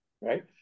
right